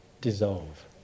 dissolve